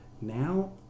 now